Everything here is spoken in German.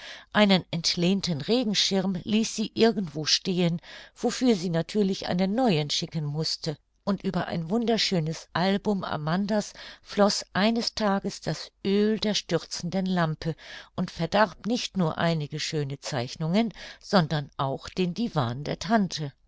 einen entlehnten regenschirm ließ sie irgendwo stehen wofür sie natürlich einen neuen schicken mußte und über ein wunderschönes album amanda's floß eines tages das oel der stürzenden lampe und verdarb nicht nur einige schöne zeichnungen sondern auch den divan der tante